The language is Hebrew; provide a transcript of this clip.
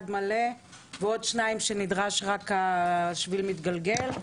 מלא ועוד שניים שנדרש רק השביל המתגלגל.